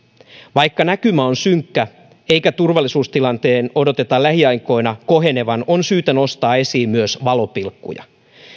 vaikka näkymä on synkkä eikä turvallisuustilanteen odoteta lähiaikoina kohenevan on syytä nostaa esiin myös valopilkkuja